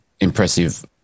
impressive